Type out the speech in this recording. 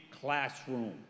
classroom